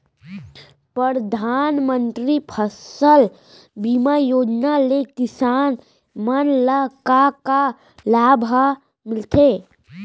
परधानमंतरी फसल बीमा योजना ले किसान मन ला का का लाभ ह मिलथे?